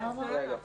(היו"ר רם